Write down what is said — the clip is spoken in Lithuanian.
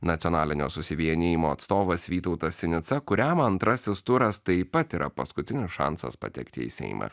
nacionalinio susivienijimo atstovas vytautas sinica kuriam antrasis turas taip pat yra paskutinis šansas patekti į seimą